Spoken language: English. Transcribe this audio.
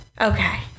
Okay